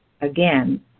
Again